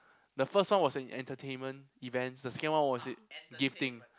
the first one was in entertainment events the second one was in